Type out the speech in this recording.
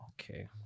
Okay